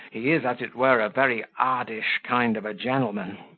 he is, as it were, a very oddish kind of a gentleman.